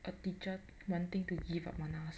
a teacher wanting to give up on us